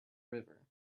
river